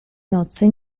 nocy